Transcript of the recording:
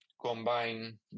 combine